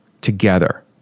together